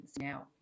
now